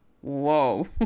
Whoa